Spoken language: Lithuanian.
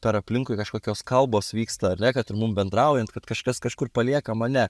per aplinkui kažkokios kalbos vyksta ar ne kad mum bendraujant kad kažkas kažkur palieka mane